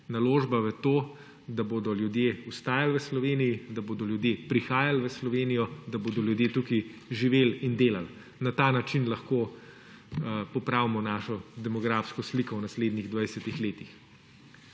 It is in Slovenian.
naložba v to, da bodo ljudje ostajali v Sloveniji, da bodo ljudje prihajali v Slovenijo, da bodo ljudje tukaj živeli in delali; na ta način lahko popravimo svojo demografsko sliko v naslednjih 20 letih.